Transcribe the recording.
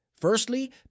Firstly